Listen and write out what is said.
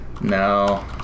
no